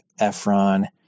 efron